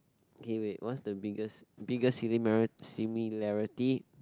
okay wait what's the biggest biggest similar similarity